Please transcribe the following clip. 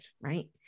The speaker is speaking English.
Right